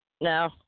No